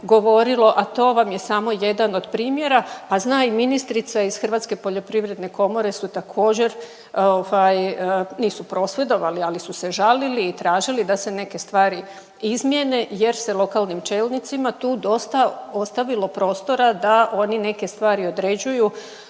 govorilo, a to vam je samo jedan od primjera, a zna i ministra iz Hrvatske poljoprivredne komore su također ovaj nisu prosvjedovali ali su se žali i tražili da se neke stvari izmijene jer se lokalnim čelnicima tu dosta ostavilo prostora da oni neke stvari određuju